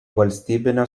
valstybinė